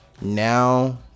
now